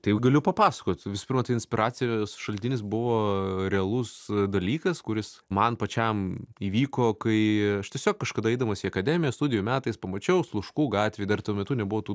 tai jau galiu papasakot visų pirmą tai inspiracijos šaltinis buvo realus dalykas kuris man pačiam įvyko kai aš tiesiog kažkada eidamas į akademiją studijų metais pamačiau sluškų gatvėj dar tuo metu nebuvo tų